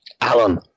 Alan